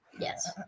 Yes